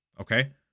okay